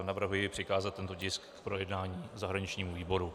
Navrhuji přikázat tento tisk k projednání zahraničnímu výboru.